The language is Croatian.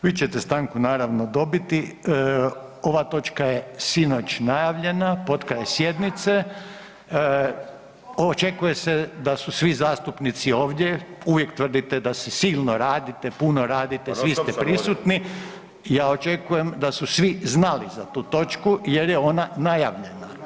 Vi ćete stanku naravno dobiti, ova točka je sinoć najavljena potkraj sjednice ... [[Upadica se ne čuje.]] očekuje se da su svi zastupnici ovdje, uvijek tvrdite da se silno radite, puno radite [[Upadica: Pa non stop sam ovdje.]] svi ste prisutni, ja očekujem da su svi znali za tu točku jer je ona najavljena.